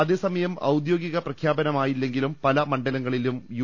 അതേസമയം ഔദ്യോഗിക പ്രഖ്യാപനമായില്ലെങ്കിലും പല മണ്ഡലങ്ങ ളിലും യു